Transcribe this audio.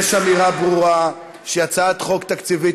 אמירה ברורה שהיא הצעת חוק תקציבית,